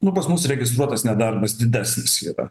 nu pas mus registruotas nedarbas didesnis yra